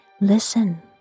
Listen